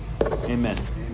Amen